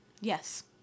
Yes